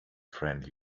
friend